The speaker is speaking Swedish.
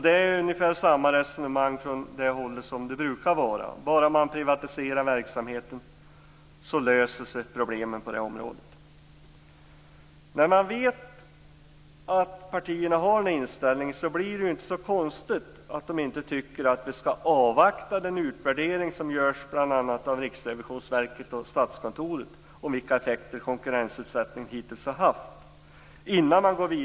Det är ungefär samma resonemang från det hållet som det brukar vara: Bara man privatiserar verksamheten så löser sig problemen på det området. När man vet att partierna har den inställningen blir det ju inte så konstigt att de inte tycker att vi, innan vi går vidare med ytterligare konkurrensutsättning av nya områden, skall avvakta den utvärdering som görs av bl.a. Riksrevisionsverket och Statskontoret om vilka effekter konkurrensutsättningen hittills har haft.